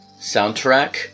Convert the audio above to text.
soundtrack